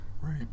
Right